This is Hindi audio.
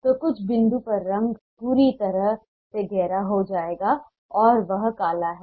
तो कुछ बिंदु पर रंग पूरी तरह से गहरा हो जाएगा और वह काला है